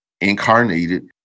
incarnated